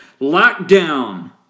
lockdown